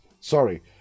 sorry